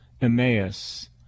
Emmaus